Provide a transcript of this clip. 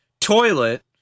toilet